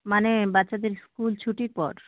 মানে বাচ্চাদের স্কুল ছুটির পর